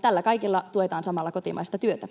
Tällä kaikella tuetaan samalla kotimaista työtä.